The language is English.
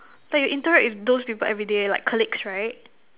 like you interact with those people everyday like colleagues right